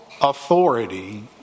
authority